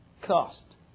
cost